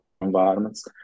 environments